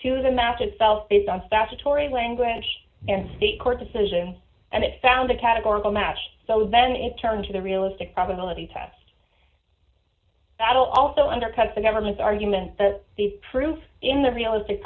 to the match itself based on statutory language and state court decision and it found a categorical match so then it turned to the realistic probability test battle also undercuts the government's argument that the proof in the realistic